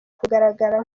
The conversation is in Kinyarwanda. kugaragara